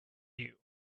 you